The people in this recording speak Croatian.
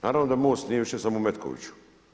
Naravno da MOST nije više samo u Metkoviću.